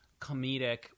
comedic